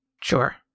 Sure